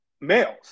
males